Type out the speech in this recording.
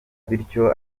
bityo